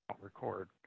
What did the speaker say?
record